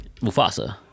Mufasa